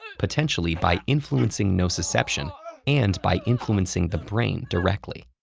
potentially by influencing nociception and by influencing the brain directly.